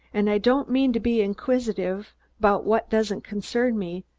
and i don't mean to be hinquisitive about what doesn't concern me,